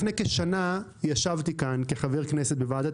לפני כשנה ישבתי כאן כחבר כנסת בוועדת